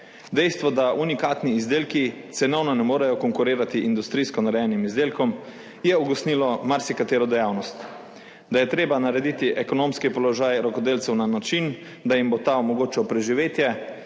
Dejstvo, da unikatni izdelki cenovno ne morejo konkurirati industrijsko narejenim izdelkom, je ugasnilo marsikatero dejavnost, zato je treba narediti ekonomski položaj rokodelcev na tak način, da jim bo ta omogočal preživetje,